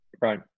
Right